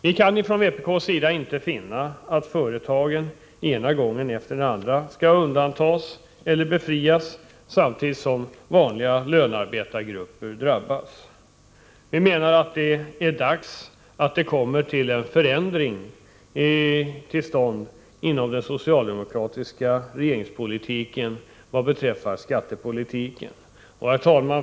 Vi kan från vpk:s sida inte acceptera att företagen den ena gången efter den andra undantas eller befrias, samtidigt som vanliga lönearbetargrupper drabbas. Vi anser att det är dags att en förändring kommer till stånd när det gäller socialdemokratisk skattepolitik.